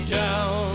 down